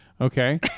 Okay